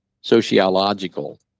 sociological